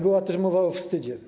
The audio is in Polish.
Była też mowa o wstydzie.